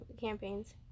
campaigns